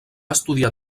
estudiar